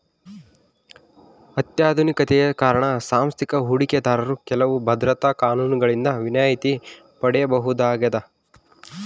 ಅತ್ಯಾಧುನಿಕತೆಯ ಕಾರಣ ಸಾಂಸ್ಥಿಕ ಹೂಡಿಕೆದಾರರು ಕೆಲವು ಭದ್ರತಾ ಕಾನೂನುಗಳಿಂದ ವಿನಾಯಿತಿ ಪಡೆಯಬಹುದಾಗದ